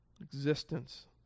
existence